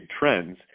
trends